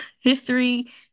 history